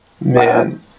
Man